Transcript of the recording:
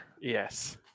Yes